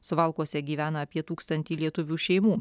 suvalkuose gyvena apie tūkstantį lietuvių šeimų